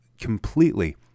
completely